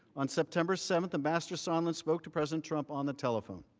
on september seven ambassador sondland smoked president trump on the telephone.